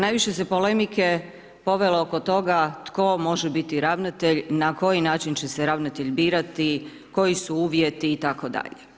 Najviše se polemike povelo oko toga tko može biti ravnatelj, na koji način će se ravnatelj birati, koji su uvjeti itd.